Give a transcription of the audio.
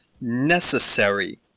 necessary